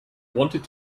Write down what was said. wanted